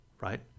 right